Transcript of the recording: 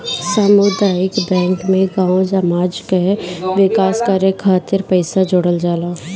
सामुदायिक बैंक में गांव समाज कअ विकास करे खातिर पईसा जोड़ल जाला